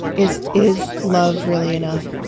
is. is love really enough?